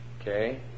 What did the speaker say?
Okay